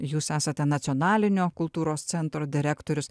jūs esate nacionalinio kultūros centro direktorius